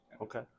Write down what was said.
Okay